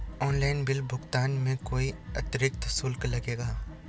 Online bill भुगतान में कोई अतिरिक्त शुल्क लगेगा?